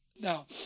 Now